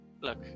look